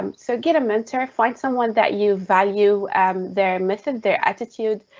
um so get a mentor. find someone that you value um their method, their attitude,